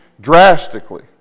drastically